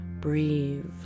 breathe